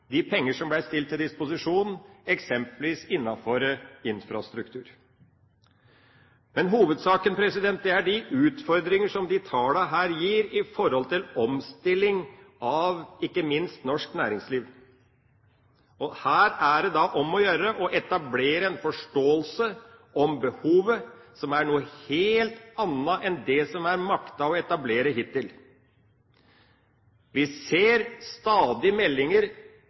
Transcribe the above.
de penger som ble stilt til disposisjon, eksempelvis innenfor infrastruktur. Men hovedsaken er de utfordringer som de tallene her gir i forhold til omstilling av – ikke minst – norsk næringsliv. Her er det om å gjøre å etablere en forståelse av behovet, som er noe helt annet enn det som en har maktet å etablere hittil. Vi ser stadig meldinger